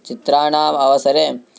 चित्राणाम् अवसरे